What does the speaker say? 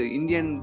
Indian